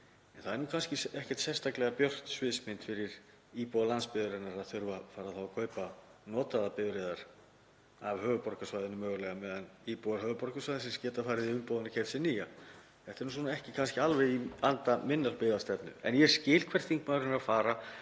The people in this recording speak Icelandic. Það er nú kannski ekkert sérstaklega björt sviðsmynd fyrir íbúa landsbyggðarinnar að þurfa þá að fara að kaupa notaðar bifreiðar, af höfuðborgarsvæðinu mögulega meðan íbúar höfuðborgarsvæðisins geta farið í umboðð og keypt sér nýja. Þetta er kannski ekki alveg í anda minnar byggðastefnu en ég skil hvert þingmaðurinn er að fara.